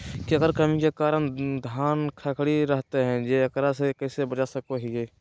केकर कमी के कारण धान खखड़ी रहतई जा है, एकरा से कैसे बचा सको हियय?